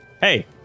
Hey